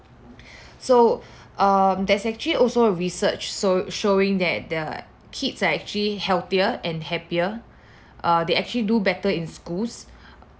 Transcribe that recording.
so um there's actually also a research show showing that the kids are actually healthier and happier err they actually do better in schools